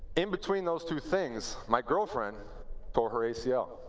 in between those two things, my girlfriend tore her acl.